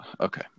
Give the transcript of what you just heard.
okay